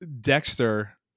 Dexter